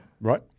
Right